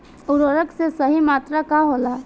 उर्वरक के सही मात्रा का होला?